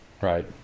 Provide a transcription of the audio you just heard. right